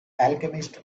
alchemist